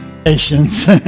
patience